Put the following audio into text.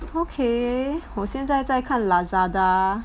okay 我现在在看 Lazada